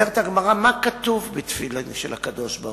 אומרת הגמרא: מה כתוב בתפילין של הקדוש-ברוך-הוא?